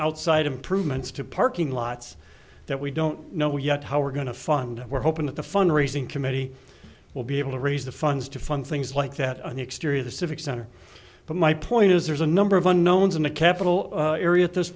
outside improvements to parking lots that we don't know yet how we're going to fund we're hoping that the fundraising committee will be able to raise the funds to fun things like that on the exterior of the civic center but my point is there's a number of unknowns in a capital area at this